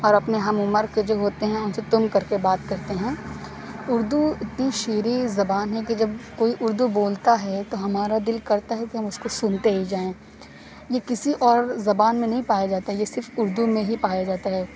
اور اپنے ہم عمر کے جو ہوتے ہیں ان سے تم کر کے بات کرتے ہیں اردو اتنی شیریں زبان ہے کہ جب کوئی اردو بولتا ہے تو ہمارا دل کرتا ہے کہ ہم اس کو سنتے ہی جائیں یہ کسی اور زبان میں نہیں پایا جاتا ہے یہ صرف اردو میں ہی پایا جاتا ہے